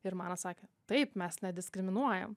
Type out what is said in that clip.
ir man sakė taip mes nediskriminuojam